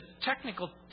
technical